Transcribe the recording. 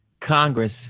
Congress